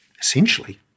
essentially